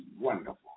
wonderful